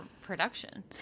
production